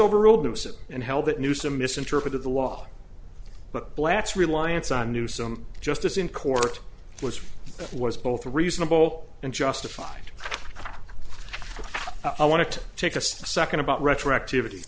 over old houses and hell that new some misinterpreted the law but blacks reliance on new some justice in court which was both reasonable and justified i want to take a second about retroactivity